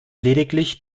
lediglich